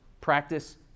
practice